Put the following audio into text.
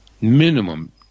minimum